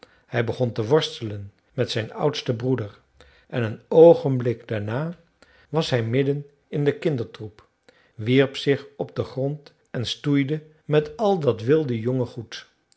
hij begon te worstelen met zijn oudsten broeder en een oogenblik daarna was hij midden in den kindertroep wierp zich op den grond en stoeide met al dat wilde jonge goed